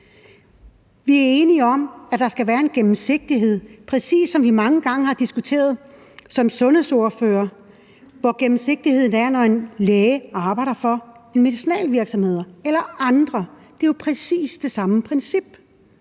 Vi er enige om, at der skal være en gennemsigtighed, præcis som vi som sundhedsordførere mange gange har diskuteret, hvor gennemsigtigheden er, når læger arbejder for medicinalvirksomheder eller andre. Det er jo præcis det samme princip.